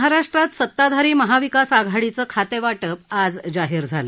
महाराष्ट्रात सताधारी महाविकास आघाडीचं खातेवाटप आज जाहीर झालं